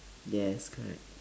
yes correct